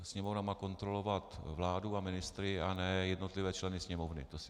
Sněmovna má kontrolovat vládu a ministry a ne jednotlivé členy Sněmovny.